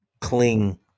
cling